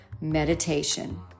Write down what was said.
Meditation